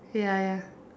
ya ya